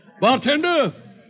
Bartender